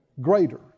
greater